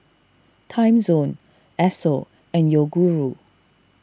Timezone Esso and Yoguru